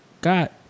got